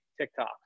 TikTok